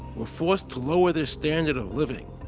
were forced to lower their standard of living,